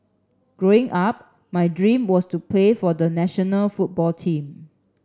Growing Up my dream was to play for the national football team